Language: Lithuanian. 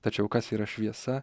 tačiau kas yra šviesa